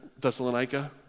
Thessalonica